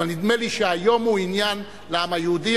אבל נדמה לי שהיום הוא עניין לעם היהודי.